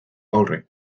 aurre